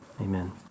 Amen